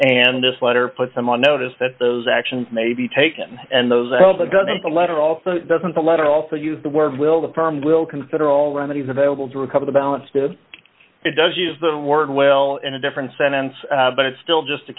and this letter puts them on notice that those actions may be taken and those that doesn't the letter also doesn't the letter also use the word will the firm will consider all remedies available to recover the balance good it does use the word well in a different sentence but it's still just a